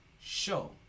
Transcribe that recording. show